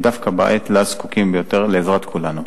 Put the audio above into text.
בעת שבה דווקא הם זקוקים ביותר לעזרת כולנו.